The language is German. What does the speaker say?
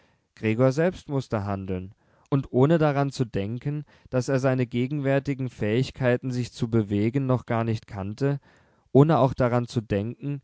gregor selbst mußte handeln und ohne daran zu denken daß er seine gegenwärtigen fähigkeiten sich zu bewegen noch gar nicht kannte ohne auch daran zu denken